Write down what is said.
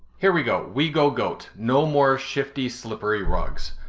here we go. we go goat, no more shifty, slippery rugs.